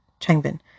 Changbin